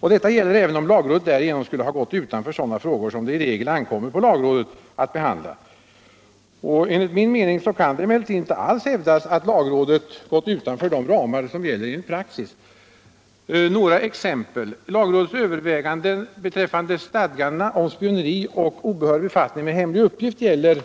Detta gäller även om lagrådet därigenom skulle ha gått utanför sådana frågor som i regel ankommer på lagrådet att behandla. Enligt min mening kan det emellertid inte alls hävdas att lagrådet gått utanför de ramar Låt mig ta några exempel. Lagrådets överväganden beträffande stadgandena om spioneri och obehörig befattning med hemlig uppgift gäller